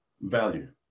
value